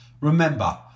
remember